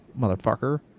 motherfucker